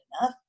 enough